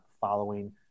following